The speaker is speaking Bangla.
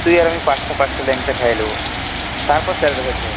তুই আর আমি পাঁচটা পাঁচটা ল্যাংচা খেয়ে নেব তারপর স্যারের ঘর যাব